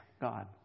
God